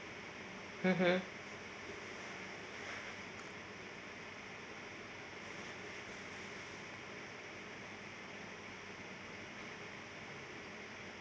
mmhmm